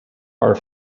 are